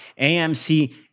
AMC